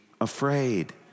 afraid